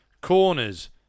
Corners